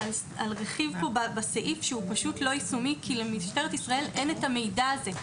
רכיב בסעיף שהוא שוט לא יישומי כי למשטרת ישראל אין את המידע הזה.